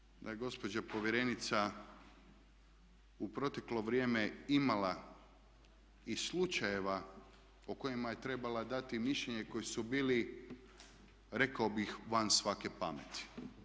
Moram reći da je gospođa povjerenica u proteklo vrijeme imala i slučajeva o kojima je trebala dati mišljenje koji su bili rekao bih van svake pameti.